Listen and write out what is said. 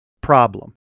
problem